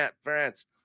France